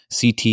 CT